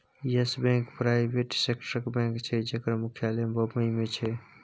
yes Bank private सेक्टरक bank छै जकर मुख्यालय बंबई मे छै